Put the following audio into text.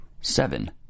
Seven